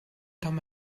том